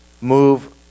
move